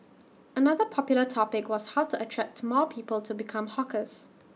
another popular topic was how to attract more people to become hawkers